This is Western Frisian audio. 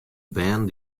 bern